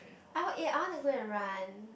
I wan~ eh I want to go and run